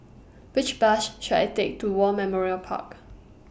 Which Bus should I Take to War Memorial Park